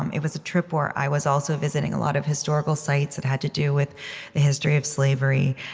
um it was a trip where i was also visiting a lot of historical sites that had to do with the history of slavery.